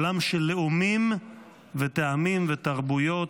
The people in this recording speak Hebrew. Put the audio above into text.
עולם של לאומים וטעמים ותרבויות,